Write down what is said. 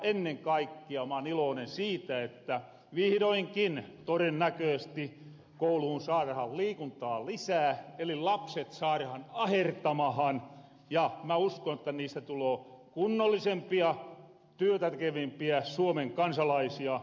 ennen kaikkia mä oon iloonen siitä että vihroinkin torennäköösti kouluhun saarahan liikuntaa lisää eli lapset saarahan ahertamahan ja mä uskon että niistä tuloo kunnollisem pia työtä tekevämpiä suomen kansalaisia